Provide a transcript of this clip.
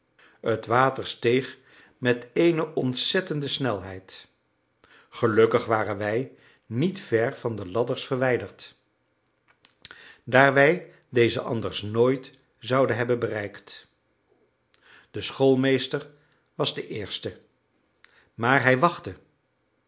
het water steeg met eene ontzettende snelheid gelukkig waren wij niet ver van de ladders verwijderd daar wij deze anders nooit zouden hebben bereikt de schoolmeester was de eerste maar hij wachtte